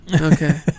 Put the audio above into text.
okay